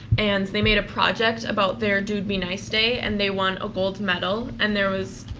and they made a project about their dude, be nice day and they won a gold medal. and there was